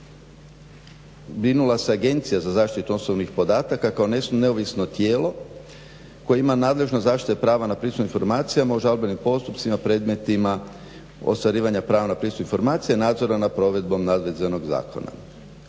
brinula se Agencija za zaštitu osobnih podataka kao neovisno tijelo koje ima nadležnost prava na pristup informacijama u žalbenim postupcima, predmetima, ostvarivanja prava na pristup informacijama, nadzora nad provedbenom … zakona.